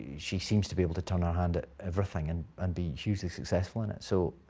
she seems to be able to turn her hand at everything, and and be hugely successful in it. so,